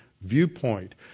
viewpoint